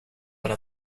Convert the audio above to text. alla